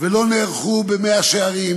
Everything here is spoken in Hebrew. ולא נערכו במאה-שערים,